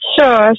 sure